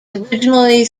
originally